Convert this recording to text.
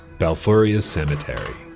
balfouria's cemetery